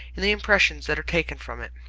in the impressions that are taken from it.